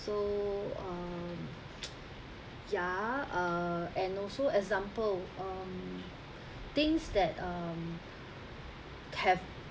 so um ya uh and also example um things that um have